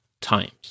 times